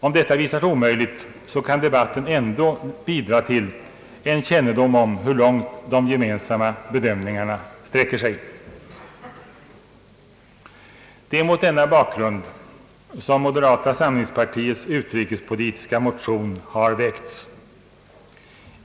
Om detta visar sig omöjligt kan debatten ändå bidra till kännedom om hur långt de gemensamma bedömningarna sträcker sig. Det är mot denna bakgrund som moderata samlingspartiets utrikespolitiska motion har väckts.